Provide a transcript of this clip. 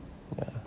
well